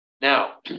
Now